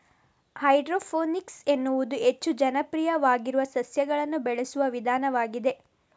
hydroponics ಎನ್ನುವುದು ಹೆಚ್ಚು ಜನಪ್ರಿಯವಾಗಿರುವ ಸಸ್ಯಗಳನ್ನು ಬೆಳೆಸುವ ವಿಧಾನವಾಗಿದೆ